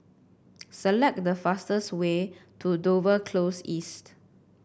select the fastest way to Dover Close East